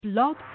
Blog